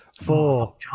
Four